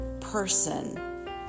person